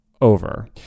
over